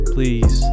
Please